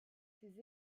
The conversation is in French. ces